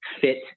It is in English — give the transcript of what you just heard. fit